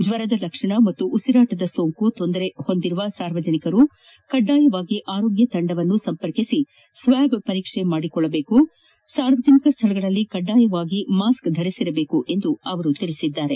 ಜ್ವರದ ಲಕ್ಷಣ ಮತ್ತು ಉಸಿರಾಟದ ಸೋಂಕು ತೊಂದರೆ ಹೊಂದಿರುವ ಸಾರ್ವಜನಿಕರು ಕಡ್ಡಾಯವಾಗಿ ಆರೋಗ್ಯ ತಂಡವನ್ನು ಸಂಪರ್ಕಿಸಿ ಸ್ವಾಬ್ ಪರೀಕ್ಷೆ ಮಾಡಿಸಿಕೊಳ್ಳಬೇಕು ಸಾರ್ವಜನಿಕ ಸ್ಥಳಗಳಲ್ಲಿ ಕಡ್ಡಾಯವಾಗಿ ಮಾಸ್ಕ್ ಧರಿಸಿರಬೇಕು ಎಂದು ಅವರು ಹೇಳಿದ್ದಾರೆ